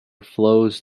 flows